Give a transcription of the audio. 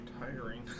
Tiring